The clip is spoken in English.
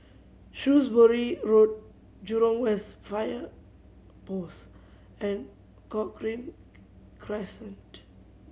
Shrewsbury Road Jurong West Fire Post and Cochrane Crescent